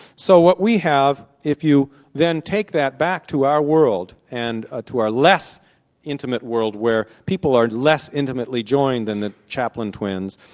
so what we have if you then take that back to our world and ah to a less intimate world where people are less intimately joined than the chaplain twins,